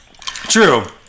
True